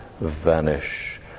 vanish